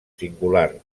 singular